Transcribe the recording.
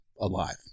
alive